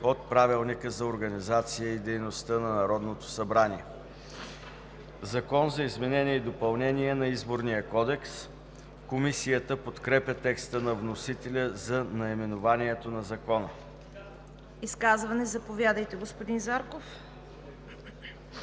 от Правилника за организацията и дейността на Народното събрание. „Закон за изменение и допълнение на Изборния кодекс“. Комисията подкрепя текста на вносителя за наименованието на Закона. ПРЕДСЕДАТЕЛ ЦВЕТА КАРАЯНЧЕВА: Изказвания? Заповядайте, господин Зарков.